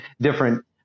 different